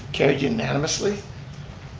carried unanimously.